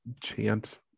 chant